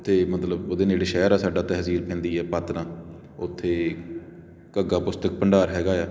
ਉੱਥੇ ਮਤਲਬ ਉਹਦੇ ਨੇੜੇ ਸ਼ਹਿਰ ਆ ਸਾਡਾ ਤਹਿਸੀਲ ਪੈਂਦੀ ਹੈ ਪਾਤਲਾਂ ਉਥੇ ਘੱਗਾ ਪੁਸਤਕ ਭੰਡਾਰ ਹੈਗਾ ਆ